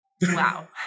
wow